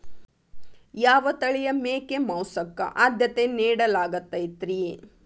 ಯಾವ ತಳಿಯ ಮೇಕೆ ಮಾಂಸಕ್ಕ, ಆದ್ಯತೆ ನೇಡಲಾಗತೈತ್ರಿ?